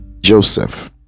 Joseph